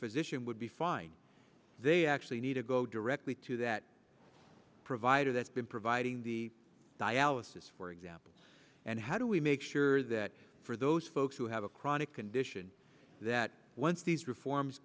physician would be fine they actually need to go directly to that provider that's been providing the dialysis for example and how do we make sure that for those folks who have a chronic condition that once these reforms